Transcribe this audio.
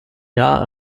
jahr